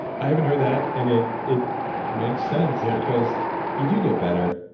i haven't heard that, and it it makes sense yeah because you do get better.